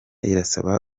irasaba